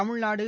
Tamil Nadu